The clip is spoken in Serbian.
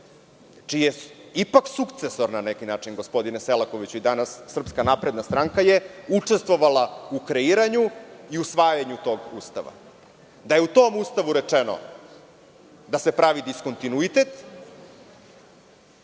čija je ipak sukcesorna na neki način, gospodine Selakoviću, i danas SNS je učestvovala u kreiranju i usvajanju tog Ustava. Da je u tom Ustavu rečeno da se pravi diskontinuitet